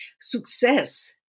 Success